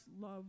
love